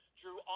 drew